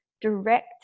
direct